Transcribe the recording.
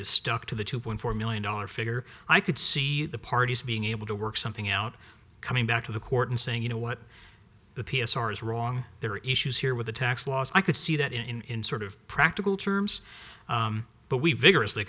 is stuck to the two point four million dollar figure i could see the parties being able to work something out coming back to the court and saying you know what the p s r is wrong there are issues here with the tax laws i could see that in sort of practical terms but we vigorously